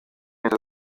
leta